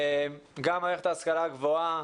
גם מערכת ההשכלה הגבוהה,